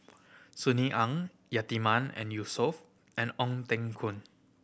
Sunny Ang Yatiman and Yausof and Ong Teng Koon